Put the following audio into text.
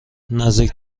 نزدیک